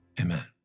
Amen